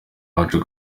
bacu